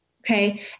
okay